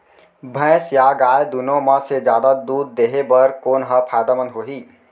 भैंस या गाय दुनो म से जादा दूध देहे बर कोन ह फायदामंद होही?